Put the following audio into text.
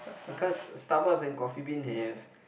because Starbucks and Coffee Bean have